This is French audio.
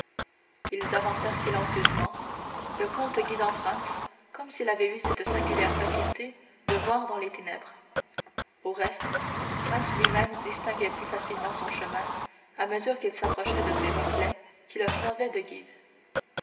ils avancèrent silencieusement le comte guidant franz comme s'il avait eu cette singulière faculté de voir dans les ténèbres au reste franz lui-même distinguait plus facilement son chemin à mesure qu'il s'approchait de ces reflets qui leur servaient de guides